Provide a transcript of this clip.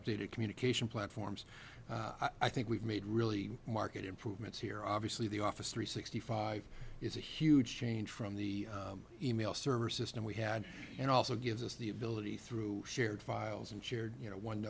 updated communication platforms i think we've made really market improvement here obviously the office three sixty five is a huge change from the e mail server system we had and also gives us the ability through shared files and shared